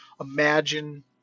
imagine